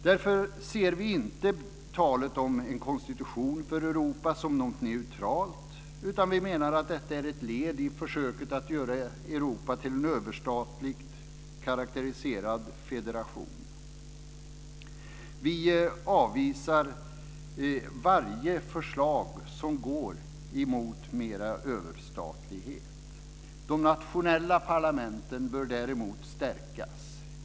Därför ser vi inte talet om en konstitution för Europa som något neutralt, utan vi menar att detta är ett led i försöket att göra Europa till en överstatligt karakteriserad federation. Vi avvisar varje förslag som går emot mera överstatlighet. De nationella parlamenten bör däremot stärkas.